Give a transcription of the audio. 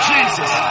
Jesus